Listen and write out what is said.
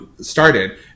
started